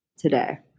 today